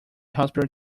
hospital